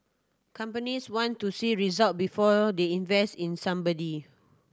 companies want to see result before they invest in somebody